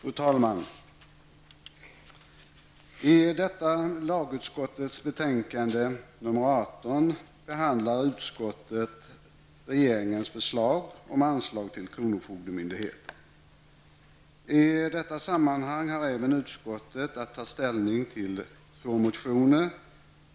Fru talman! I lagutskottets betänkande 1990/91:18 behandlar utskottet regeringens förslag om anslag till kronofogdemyndigheten. I detta sammanhang har utskottet även att ta ställning till två motioner.